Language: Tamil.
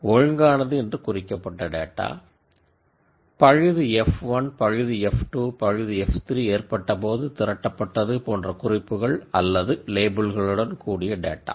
நார்மல் என்று குறிக்கப்பட்ட ஃபால்ட் 1 ஃபால்ட் 2 ஃபால்ட் 3 ஏற்பட்டபோது திரட்டப்பட்டது எனும் லேபிள்களுடன் கூடிய டேட்டா